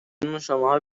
ممنونشماها